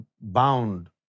bound